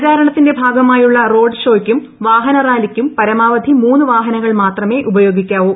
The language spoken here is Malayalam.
പ്രചാരണത്തിന്റെ ഭാഗമായുള്ള റോഡ് ഷോയ്ക്കും വാഹന റാലിക്കും പരമാവധി മൂന്ന് വാഹനങ്ങൾ മാത്രമെ ഉപയോഗിക്കാവു